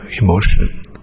emotion